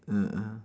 mm ah